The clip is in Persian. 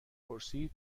پرسید